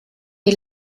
die